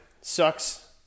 Sucks